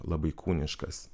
labai kūniškas